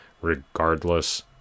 Regardless